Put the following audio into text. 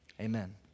Amen